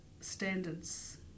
standards